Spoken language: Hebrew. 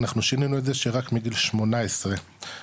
אנחנו שינינו את זה שרק מגיל 18 שזה